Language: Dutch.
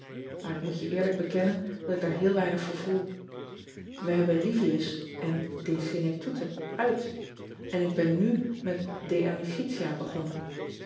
maar ik moet je eerlijk bekennen dat ik daar heel weinig voor voel e hebben ivius en e enectute uit en ik ben nu met e micitia begonnen